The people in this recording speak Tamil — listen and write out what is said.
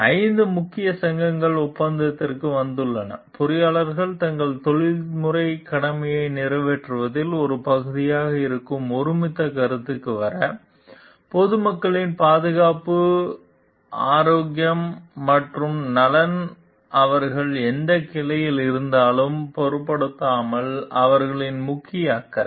5 முக்கிய சங்கங்கள் ஒப்பந்தத்திற்கு வந்துள்ளன பொறியாளர்கள் தங்கள் தொழில்முறை கடமையை நிறைவேற்றுவதில் ஒரு பகுதியாக இருக்கும் ஒருமித்த கருத்துக்கு வர பொதுமக்களின் பாதுகாப்பு ஆரோக்கியம் மற்றும் நலன் அவர்கள் எந்தக் கிளையில் இருந்தாலும் பொருட்படுத்தாமல் அவர்களின் முக்கிய அக்கறை